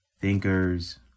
thinkers